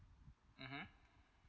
mmhmm